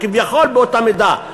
כביכול באותה מידה,